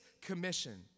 Commission